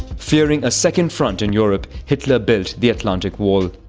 fearing a second front in europe, hitler built the atlantic wall,